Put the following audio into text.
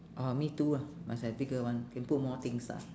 orh me too ah must have bigger one can put more things ah